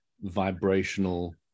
vibrational